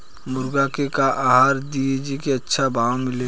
मुर्गा के का आहार दी जे से अच्छा भाव मिले?